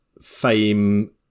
fame